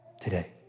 today